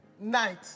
night